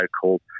called